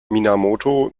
minamoto